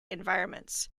environments